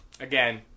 again